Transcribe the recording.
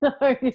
no